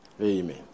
Amen